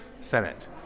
Senate